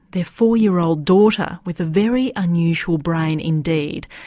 their four-year-old daughter with a very unusual brain indeed.